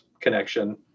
connection